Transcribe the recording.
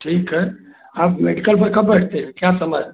ठीक है आप मेडिकल पर कब बैठते हैं क्या समय